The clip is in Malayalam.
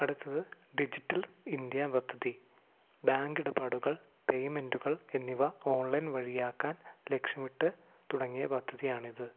അടുത്തത് ഡിജിറ്റൽ ഇന്ത്യ പദ്ധതി ബാങ്കിടപാടുകൾ പേയ്മെന്റുകൾ എന്നിവ ഓൺലൈൻ വഴിയാക്കാൻ ലക്ഷ്യമിട്ടു തുടങ്ങിയ പദ്ധതിയാണിത്